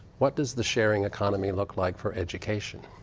what does the sharing economy look like for education?